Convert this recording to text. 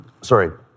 sorry